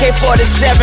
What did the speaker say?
AK-47